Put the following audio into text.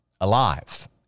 alive